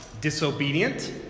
disobedient